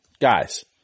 guys